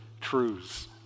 truths